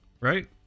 right